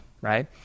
right